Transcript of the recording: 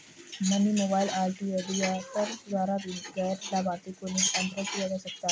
money mobile identifier द्वारा भी गैर लाभार्थी को निधि अंतरण किया जा सकता है